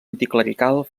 anticlerical